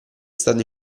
stato